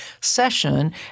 session